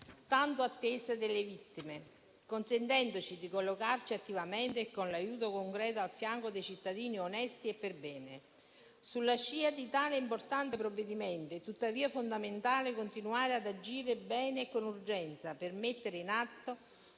tanto attese delle vittime, consentendoci di collocarci attivamente e con un aiuto concreto al fianco dei cittadini onesti e perbene. Sulla scia di tale importante provvedimento, è tuttavia fondamentale continuare ad agire bene e con urgenza per mettere in atto